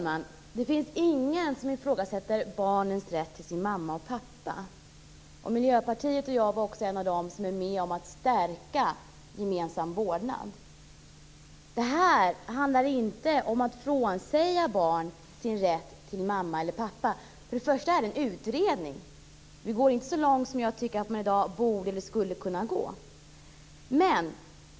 Fru talman! Ingen ifrågasätter barns rätt till sin mamma och pappa. Jag och övriga i Miljöpartiet var med om att stärka detta med gemensam vårdnad. Här handlar det inte om att frånsäga barn deras rätt till mamma eller pappa. Först och främst handlar det om en utredning. Vi går inte så långt som jag tycker att man i dag borde, eller skulle kunna, gå.